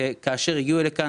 שכאשר הגיעו לכאן,